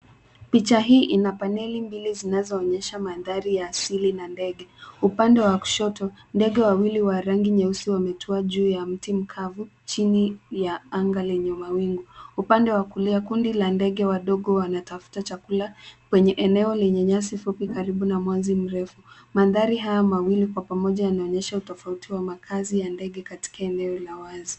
Picha hii ina paneli mbili zinazoonyesha mandhari ya asili na ndege. Upande wa kushoto ndege wawili wa rangi nyeusi wametua juu ya mti mkavu chini ya anga yenye mawingu. Upande wa kulia kundi la ndege wadogo wanatafuta chakula kwenye eneo lenye nyasi fupi karibu na mwazi mrefu. Mandhari haya mawili kwa pamoja yanaonyesha tofauti wa makazi ya ndege katika eneo la wazi.